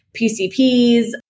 PCPs